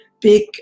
big